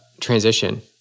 transition